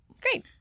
Great